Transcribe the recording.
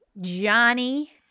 Johnny